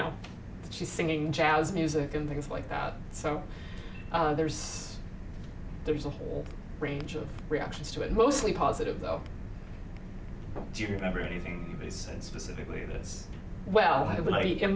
know she's singing jazz music and things like that so there's there's a whole range of reactions to it mostly positive though do you remember anything she said specifically as well